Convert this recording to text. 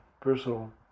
personal